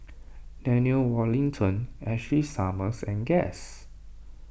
Daniel Wellington Ashley Summers and Guess